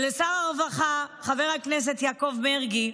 ולשר הרווחה חבר הכנסת יעקב מרגי,